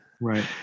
Right